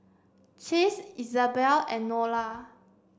Chase Izabelle and Nola